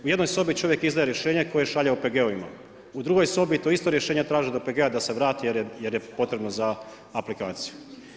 U jednoj sobi čovjek izdaje rješenja koja šalje OPG-ovima, u drugoj sobi to isto rješenje traži od OPG-a da se vrati jer je potrebno za aplikaciju.